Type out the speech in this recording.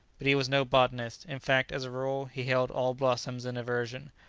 but he was no botanist in fact, as a rule, he held all blossoms in aversion,